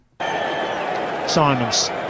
Simons